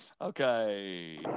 Okay